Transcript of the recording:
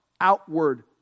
outward